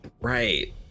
right